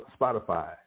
Spotify